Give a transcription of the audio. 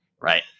Right